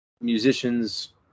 musicians